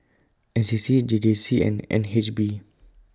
N C C J J C and N H B